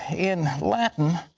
in latin,